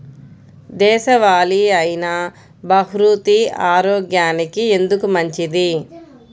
దేశవాలి అయినా బహ్రూతి ఆరోగ్యానికి ఎందుకు మంచిది?